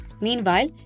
Meanwhile